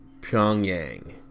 Pyongyang